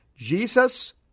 Jesus